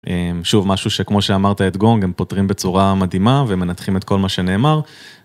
שוב משהו שכמו שאמרת את גונג הם פותרים בצורה מדהימה ומנתחים את כל מה שנאמר.